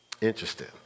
Interesting